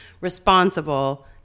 responsible